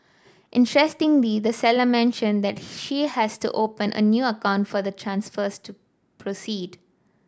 interestingly the seller mentioned that she has to open a new account for the transfers to proceed